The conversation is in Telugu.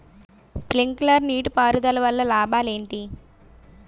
స్ప్రింక్లర్ నీటిపారుదల వల్ల లాభాలు ఏంటి?